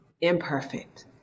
imperfect